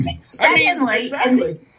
secondly